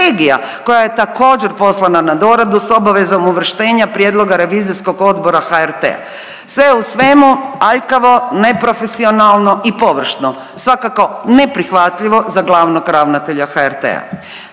koja je također poslana na doradu sa obavezom uvrštenja prijedloga Revizijskog odbora HRT-a. Sve u svemu aljkavo, neprofesionalno i površno. Svakako neprihvatljivo za glavnog ravnatelja HRT-a.